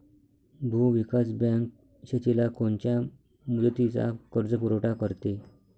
भूविकास बँक शेतीला कोनच्या मुदतीचा कर्जपुरवठा करते?